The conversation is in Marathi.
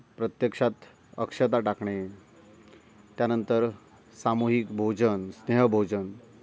प्रत्यक्षात अक्षता टाकणे त्यानंतर सामूहिक भोजन स्नेहभोजन